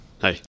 Hi